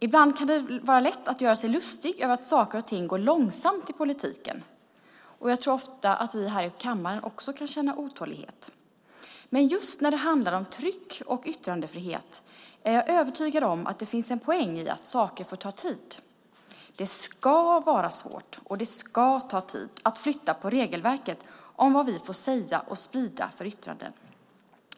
Ibland kan det vara lätt att göra sig lustig över att saker och ting går långsamt i politiken, och jag tror ofta att vi i den här kammaren också kan känna otålighet. Men just när det handlar om tryck och yttrandefrihet är jag övertygad om att det finns en poäng i att saker får ta tid. Det ska vara svårt och det ska ta tid att flytta på regelverket om vad vi får säga och sprida för yttranden.